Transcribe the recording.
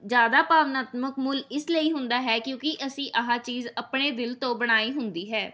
ਜ਼ਿਆਦਾ ਭਾਵਨਾਤਮਕ ਮੁੱਲ ਇਸ ਲਈ ਹੁੰਦਾ ਹੈ ਕਿਉਂਕਿ ਅਸੀਂ ਆਹ ਚੀਜ਼ ਆਪਣੇ ਦਿਲ ਤੋਂ ਬਣਾਈ ਹੁੰਦੀ ਹੈ